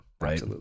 right